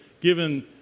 given